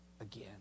again